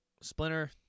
Splinter